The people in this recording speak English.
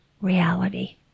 reality